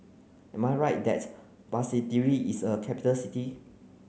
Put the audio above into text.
am I right that Basseterre is a capital city